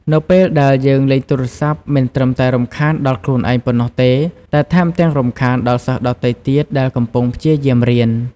នៅពេលដែលយើងលេងទូរស័ព្ទមិនត្រឹមតែរំខានដល់ខ្លួនឯងប៉ុណ្ណោះទេ តែថែមទាំងរំខានដល់សិស្សដទៃទៀតដែលកំពុងព្យាយាមរៀន។